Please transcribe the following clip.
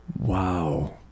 wow